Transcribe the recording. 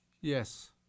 Yes